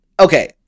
okay